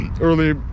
Early